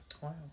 Wow